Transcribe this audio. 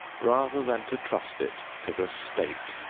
rather than to trust it to the state.